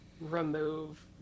remove